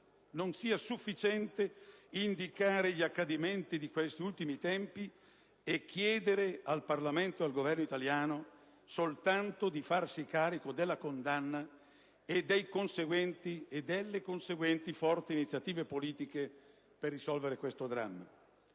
non sia sufficiente indicare gli accadimenti di questi ultimi tempi e chiedere al Parlamento e al Governo italiano di farsi carico della condanna e delle conseguenti e forti iniziative politiche per risolvere questo dramma.